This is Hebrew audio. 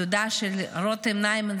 דודה של רותם ניימן,